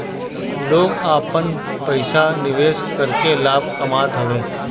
लोग आपन पईसा निवेश करके लाभ कामत हवे